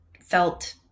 felt